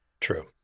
True